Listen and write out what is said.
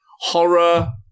horror